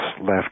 left